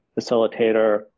facilitator